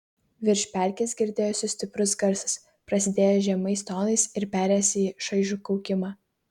virš pelkės girdėjosi stiprus garsas prasidėjęs žemais tonais ir perėjęs į šaižų kaukimą